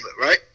right